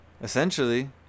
Essentially